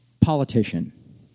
politician